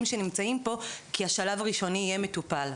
שנמצאים פה כי השלב הראשון יהיה מטופל.